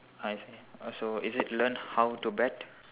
I oh so is it learn how to bet